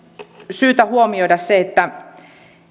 syytä huomioida